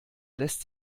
lässt